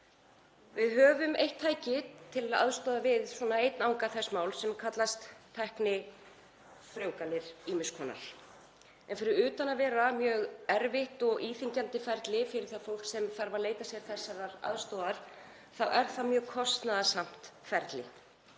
Við höfum eitt tæki til að aðstoða við einn anga þess máls sem kallast tæknifrjóvganir ýmiss konar, en fyrir utan að vera mjög erfitt og íþyngjandi ferli fyrir það fólk sem þarf að leita sér þessarar aðstoðar er það mjög kostnaðarsamt ferli.